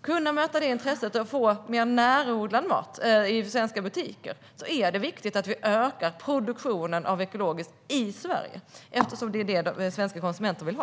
kunna möta intresset och få mer närodlad mat i svenska butiker är det viktigt att öka produktionen av ekologiskt i Sverige, eftersom det är detta som svenska konsumenter vill ha.